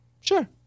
Sure